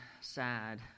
sad